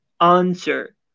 answer